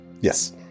Yes